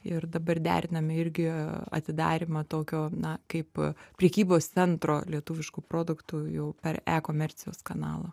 ir dabar deriname irgi atidarymą tokio na kaip prekybos centro lietuviškų produktų jau per ekomercijos kanalą